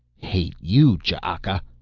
hate you, ch'aka!